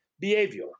Behavior